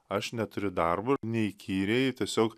aš neturiu darbo neįkyriai tiesiog